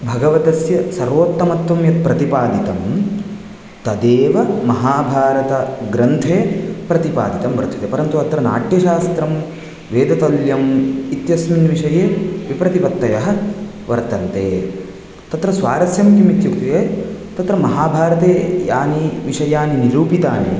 भगवतस्य सर्वोत्तमत्वं यत् प्रतिपादितं तदेव महाभारतग्रन्थे प्रतिपादितं वर्तते परन्तु अत्र नाट्यशास्त्रं वेदतुल्यम् इत्यस्मिन् विषये विप्रतिपत्तयः वर्तन्ते तत्र स्वारस्यं किम् इत्युक्ते तत्र महाभारते यानि विषयाणि निरूपितानि